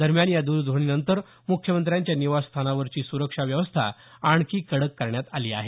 दरम्यान या द्रध्वनीनंतर मुख्यमंत्र्यांच्या निवासस्थानावरची सुरक्षा व्यवस्था आणखी कडक करण्यात आलीं